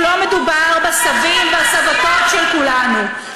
כאילו לא מדובר בסבים ובסבתות של כולנו,